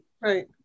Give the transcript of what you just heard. right